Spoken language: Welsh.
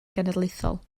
genedlaethol